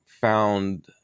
found